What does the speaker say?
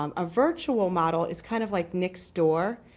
um a virtual model is kind of like nick store.